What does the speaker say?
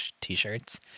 t-shirts